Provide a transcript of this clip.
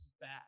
bad